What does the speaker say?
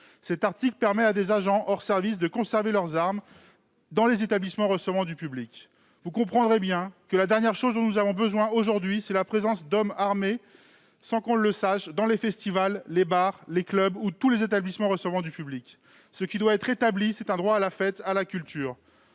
Cet article permet à des agents hors service de conserver leur arme dans les établissements recevant du public (ERP). Vous comprendrez aisément que la dernière chose dont nous ayons besoin aujourd'hui c'est de la présence d'hommes armés, sans qu'on le sache, dans les festivals, les bars, les clubs et tous les établissements recevant du public. Ce qui doit être rétabli, c'est un droit à la fête et à la culture.